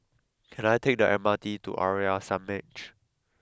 can I take the M R T to Arya Samaj